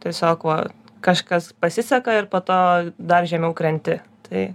tai sako kažkas pasiseka ir po to dar žemiau krenti tai